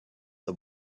the